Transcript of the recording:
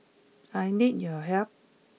I need your help